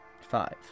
five